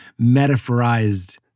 metaphorized